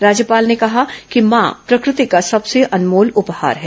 राज्यपाल ने कहा है कि मां प्रकृति का सबसे अनमोल उपहार है